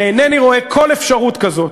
ואינני רואה כל אפשרות כזאת,